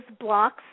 blocks